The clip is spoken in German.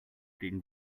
gegen